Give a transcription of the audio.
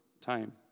time